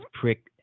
prick